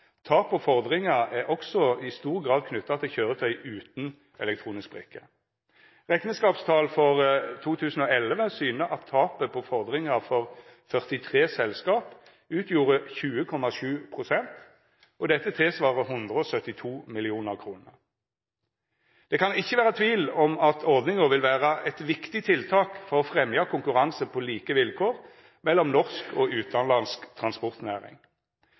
Tap på fordringar er også i stor grad knytte til køyretøy utan elektronisk brikke. Rekneskapstal for 2011 syner at tapet på fordringar for 43 selskap utgjorde 20,7 pst. Dette utgjer 172 mill. kr. Det kan ikkje vera tvil om at ordninga vil vera eit viktig tiltak for å fremja konkurranse på like vilkår mellom norsk og utanlandsk transportnæring.